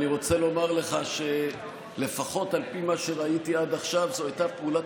אני רוצה לומר לך שלפחות על פי מה שראיתי עד עכשיו זו הייתה פעולת